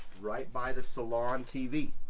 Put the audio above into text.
right by the salon tv